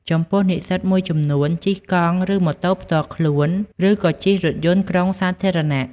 ចំពោះនិស្សិតមួយចំនួនជិះកង់ ឬម៉ូតូផ្ទាល់ខ្លួន ឬក៏ជិះរថយន្តក្រុងសាធារណៈ។